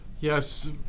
Yes